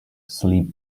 sleep